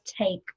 take